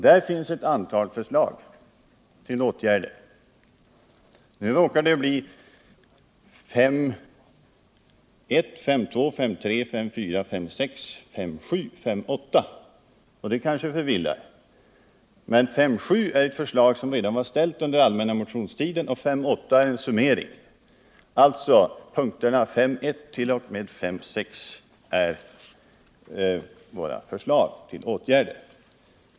Där finns ett antal förslag till åtgärder. Nu råkar det bli 5:1, 5:2, 5:3, 5:4, 5:S, 5:6, 5:7, 5:8 — och det kanske förvillar. Men 5:7 är ett förslag som redan var framställt under allmänna motionstiden och 5:8 är en summering. Alltså: 5:1-5:6 är våra sex förslag till åtgärder.